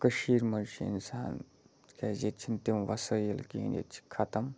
کٔشیٖرِ منٛز چھِ اِنسان تِکیٛازِ ییٚتہِ چھِنہٕ تِم وَسٲیِل کِہیٖنۍ ییٚتہِ چھِ ختم